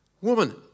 Woman